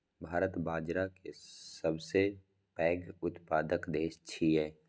भारत बाजारा के सबसं पैघ उत्पादक देश छियै